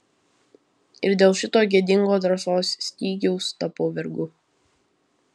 ir dėl šito gėdingo drąsos stygiaus tapau vergu